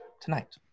tonight